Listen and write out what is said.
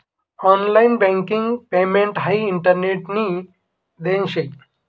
online banking payment हाई इंटरनेटनी देन शे